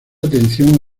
atención